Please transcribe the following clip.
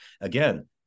again